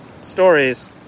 stories